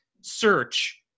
search –